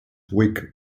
wig